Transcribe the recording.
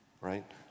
right